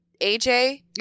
AJ